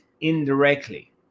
indirectly